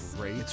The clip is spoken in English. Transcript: great